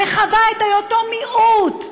וחווה את היותו מיעוט,